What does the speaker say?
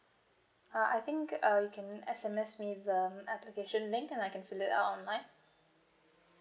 ah I think err you can S_M_S me the application link and I can fill it out online